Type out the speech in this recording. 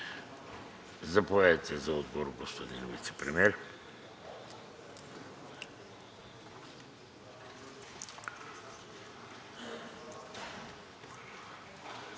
Заповядайте за отговор, господин Вицепремиер.